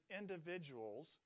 individual's